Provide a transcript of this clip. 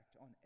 on